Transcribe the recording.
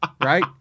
Right